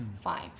fine